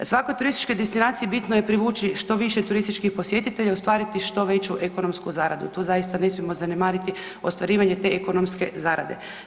Svakoj turističkoj destinaciji bitno je privući što više turističkih posjetitelja i ostvariti što veću ekonomsku zaradu, tu zaista ne smijemo zanemariti ostvarivanje te ekonomske zarade.